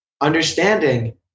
understanding